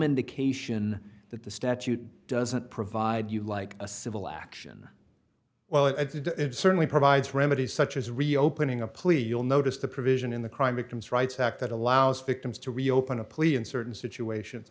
indication that the statute doesn't provide you like a civil action well it's certainly provides remedies such as reopening a plea you'll notice the provision in the crime victims rights act that allows fictitious to reopen a plea in certain situations